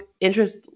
interest